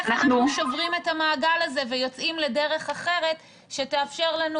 איך אנחנו שוברים את המעגל הזה ויוצאים לדרך אחרת שתאפשר לנו